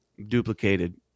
duplicated